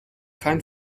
kein